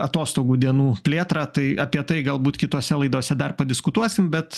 atostogų dienų plėtrą tai apie tai galbūt kitose laidose dar padiskutuosim bet